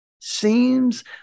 seems